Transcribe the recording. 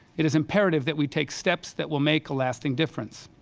it is imperative that we take steps that will make a lasting difference.